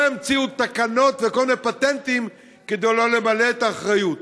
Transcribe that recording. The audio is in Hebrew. ימציאו תקנות וכל מיני פטנטים כדי לא למלא את האחריות.